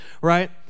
right